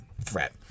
threat